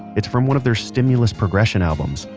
it's from one of their stimulus progression albums.